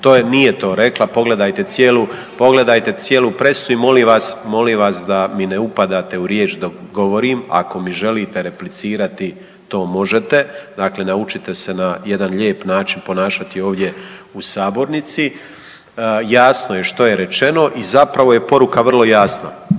Nije to rekla. Pogledajte cijelu pressicu i molim vas da mi ne upadate u riječ dok govorim. Ako mi želite replicirati to možete. Dakle, naučite se na jedan lijep način ponašati ovdje u sabornici. Jasno je što je rečeno i zapravo je poruka vrlo jasna.